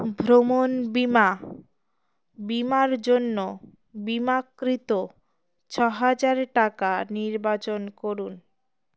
ভ্রমণ বীমা বীমার জন্য বীমাকৃত ছ হাজার টাকা নির্বাচন করুন